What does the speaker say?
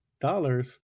dollars